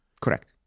Correct